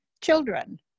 children